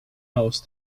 else